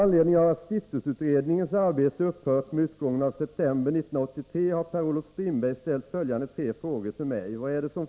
Herr talman!